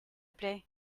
plait